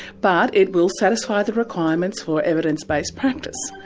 but it will satisfy the requirements for evidence based practice.